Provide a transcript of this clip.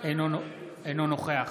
אינו נוכח